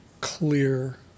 clear